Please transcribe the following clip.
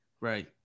right